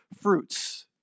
fruits